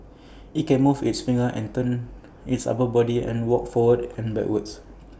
IT can move its fingers and turn its upper body and walk forward and backward